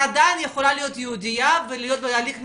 היא עדיין יכולה להיות יהודייה ולהיות בהליך מדורג?